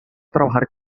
trabajar